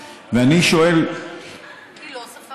בה, ואני חושב שלא צריך להיות שום הבדל ביניהן.